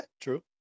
true